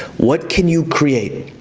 what can you create?